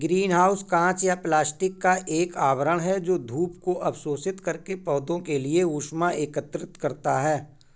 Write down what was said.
green house कांच या plastic का एक आवरण है जो धूप को अवशोषित करके पौधों के लिए ऊष्मा एकत्रित करता है